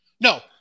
No